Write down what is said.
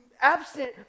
absent